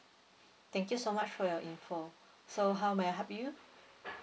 thank you so much for your info so how may I help you